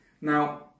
now